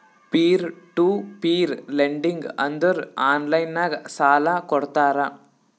peer to peer lending ಅಂದುರ್ online ನಾಗ್ ಸಾಲಾ ಕೊಡ್ತಾರ